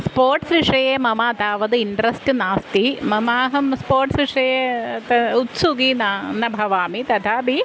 sports विषये मम तावत् इण्ट्रेस्ट् नास्ति मम अहं स्पोर्ट्स् विषये त उत्सुखी न न भवामि तथापि